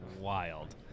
wild